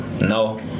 no